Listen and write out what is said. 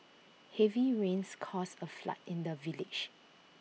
heavy rains caused A flood in the village